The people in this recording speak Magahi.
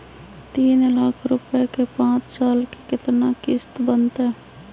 तीन लाख रुपया के पाँच साल के केतना किस्त बनतै?